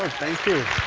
thank you.